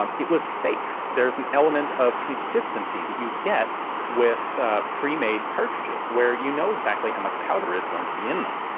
um it was safe. there's an element of consistency that you get with pre-made cartridges where you know exactly how much powder is going to be in them.